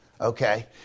Okay